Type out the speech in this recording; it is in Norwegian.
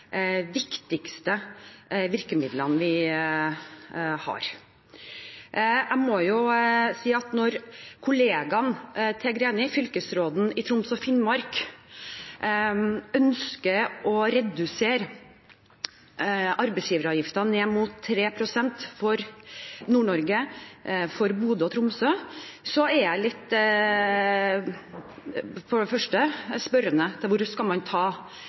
viktigste virkemidlene vi har. Men når kollegaen til Greni, fylkesråden i Troms og Finnmark, ønsker å redusere arbeidsgiveravgiften ned mot 3 pst. for Nord-Norge, for Bodø og Tromsø, er jeg for det første litt spørrende til hvor man skal ta